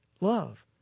Love